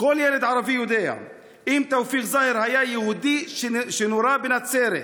כל ילד ערבי יודע שאם תאופיק זהר היה יהודי שנורה בנצרת,